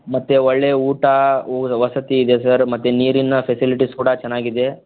ಮತ್ತು ಒಳ್ಳೆಯ ಊಟ ವಸತಿ ಇದೆ ಸರ್ ಮತ್ತು ನೀರಿನ ಫೆಸಿಲಿಟೀಸ್ ಕೂಡ ಚೆನ್ನಾಗಿದೆ